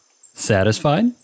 Satisfied